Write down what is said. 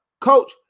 Coach